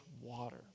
water